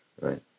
right